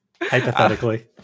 Hypothetically